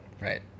Right